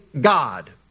God